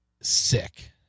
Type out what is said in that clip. Sick